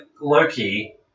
Loki